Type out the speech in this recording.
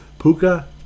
Puka